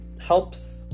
Helps